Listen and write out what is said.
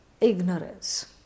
ignorance